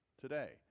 today